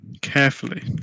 Carefully